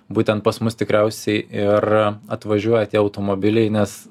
būtent pas mus tikriausiai ir atvažiuoja tie automobiliai nes